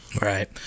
Right